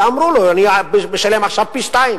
ואמרו לו: אני משלם עכשיו פי-שניים,